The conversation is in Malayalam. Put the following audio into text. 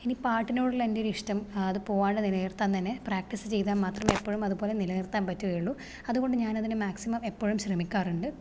ഇനി പാട്ടിനോടുള്ള എൻ്റെയൊരു ഇഷ്ടം അത് പോകാണ്ട് നിലനിർത്താൻ തന്നെ പ്രാക്റ്റീസ് ചെയ്താൽ മാത്രമേ എപ്പോഴും അതുപോലെ നിലനിർത്താൻ പറ്റുകയുള്ളൂ അതുകൊണ്ട് ഞാനതിനെ മാക്സിമം എപ്പോഴും ശ്രമിക്കാറുണ്ട്